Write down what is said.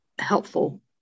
helpful